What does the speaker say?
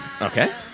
Okay